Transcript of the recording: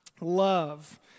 love